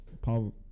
Paul